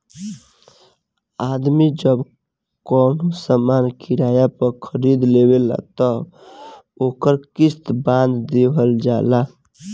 आदमी जब कवनो सामान किराया पर खरीद लेवेला त ओकर किस्त पर बांध दिहल जाला